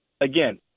again –